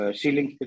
ceiling